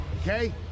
okay